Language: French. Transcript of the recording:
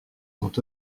sont